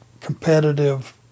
competitive